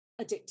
addictive